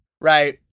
right